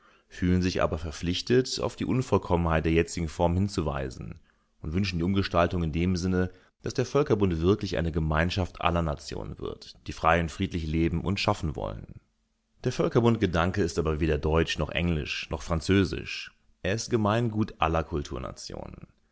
fühlen sich aber verpflichtet auf die unvollkommenheit der jetzigen form hinzuweisen und wünschen die umgestaltung in dem sinne daß der völkerbund wirklich eine gemeinschaft aller nationen wird die frei und friedlich leben und schaffen wollen der völkerbundgedanke aber ist weder deutsch noch englisch noch französisch er ist gemeingut aller